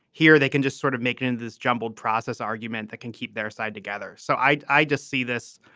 here they can just sort of make it into this jumbled process argument that can keep their side together. so i i just see this.